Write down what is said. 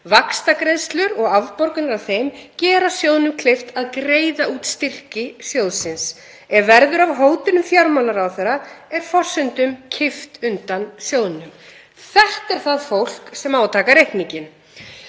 Vaxtagreiðslur og afborganir af þeim gera sjóðnum kleift að greiða út styrki sjóðsins. Ef verður af hótunum fjármálaráðherra er forsendum kippt undan sjóðnum.“ Þetta er það fólk sem á að taka reikninginn